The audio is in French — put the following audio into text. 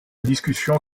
discussion